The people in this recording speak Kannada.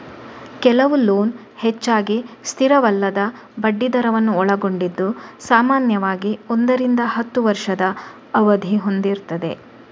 ಕೆಲವು ಲೋನ್ ಹೆಚ್ಚಾಗಿ ಸ್ಥಿರವಲ್ಲದ ಬಡ್ಡಿ ದರವನ್ನ ಒಳಗೊಂಡಿದ್ದು ಸಾಮಾನ್ಯವಾಗಿ ಒಂದರಿಂದ ಹತ್ತು ವರ್ಷದ ಅವಧಿ ಹೊಂದಿರ್ತದೆ